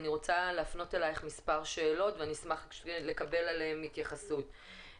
אני רוצה להפנות אליך מספר שאלות ואשמח לקבל עליהן התייחסות.